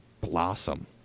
blossom